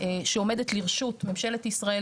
שעומדת לרשות ממשלת ישראל,